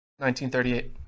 1938